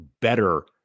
better